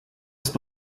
ist